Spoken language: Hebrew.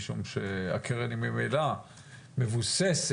זאת משום שהקרן ממילא מבוססת